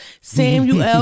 Samuel